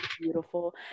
beautiful